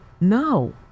no